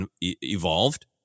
evolved